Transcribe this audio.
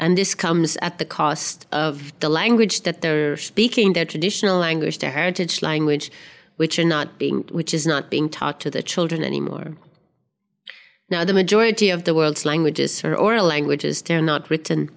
and this comes at the cost of the language that they're speaking their traditional language their heritage language which are not being which is not being taught to the children anymore now the majority of the world's languages are oral languages they're not written